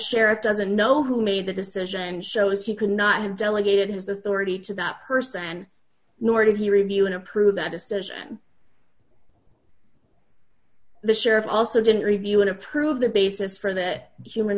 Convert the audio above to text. sheriff doesn't know who made the decision shows he could not have delegated his authority to that person nor did he review and approve that decision the sheriff also didn't review and approve the basis for the human